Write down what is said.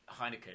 Heineken